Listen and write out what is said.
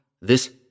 This—